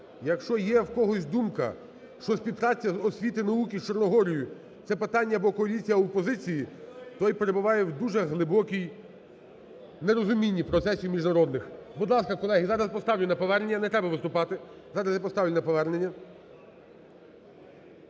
якщо є в когось думка щось від фракції освіти і науки, Чорногорію, це питання або коаліції, або опозиції, той перебуває в дуже глибокій, нерозумінні процесів міжнародних. Будь ласка, колеги! Зараз поставлю на повернення. Не треба виступати. Зараз я поставлю на повернення.